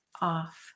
off